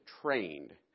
trained